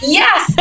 yes